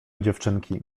dziewczynki